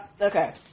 Okay